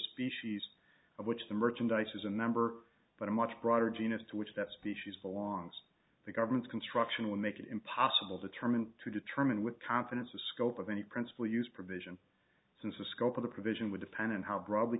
species of which the merchandise is a member but a much broader genus to which that species belongs the government construction would make it impossible determine to determine with confidence a scope of any principle use provision since the scope of the provision would depend on how broadly